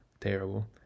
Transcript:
terrible